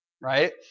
right